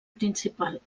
principal